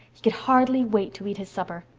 he could hardly wait to eat his supper.